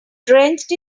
drenched